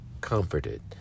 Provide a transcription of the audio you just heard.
comforted